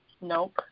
Nope